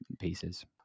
pieces